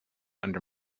under